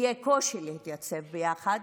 יהיה קושי להתייצב ביחד,